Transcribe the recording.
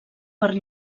per